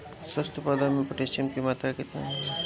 स्वस्थ पौधा मे पोटासियम कि मात्रा कितना होला?